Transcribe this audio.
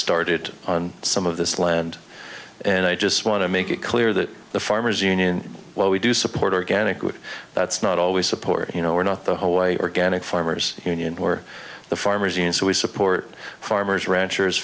started on some of this land and i just want to make it clear that the farmers union well we do support organically that's not always support you know we're not the whole way organic farmers union or the farmers and so we support farmers ranchers